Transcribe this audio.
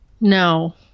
No